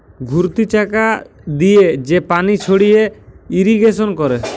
ঘুরতি চাকা দিয়ে যে পানি ছড়িয়ে ইরিগেশন করে